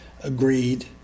agreed